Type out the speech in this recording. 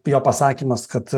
jo pasakymas kad